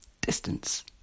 Distance